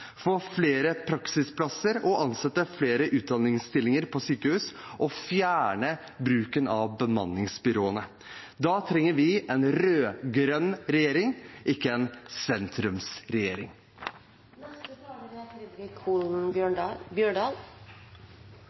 flere praksisplasser og flere utdanningsstillinger på sykehus, og vi trenger å fjerne bruken av bemanningsbyråene. Da trenger vi en rød-grønn regjering – ikke en sentrumsregjering. Det mest fasinerande med desse budsjettdebattane er